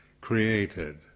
created